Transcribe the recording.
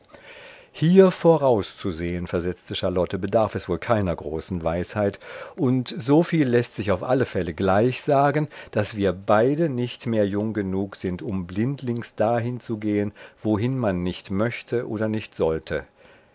hier vorauszusehen versetzte charlotte bedarf es wohl keiner großen weisheit und soviel läßt sich auf alle fälle gleich sagen daß wir beide nicht mehr jung genug sind um blindlings dahin zu gehen wohin man nicht möchte oder nicht sollte